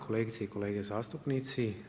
Kolegice i kolege zastupnici.